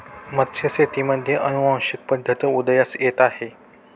मत्स्यशेतीमध्ये अनुवांशिक पद्धत उदयास येत आहे